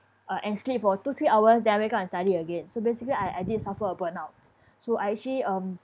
uh and sleep for two three hours then I wake up and study again so basically I I did suffer a burnout so I actually um